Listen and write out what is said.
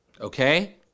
Okay